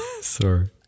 Sorry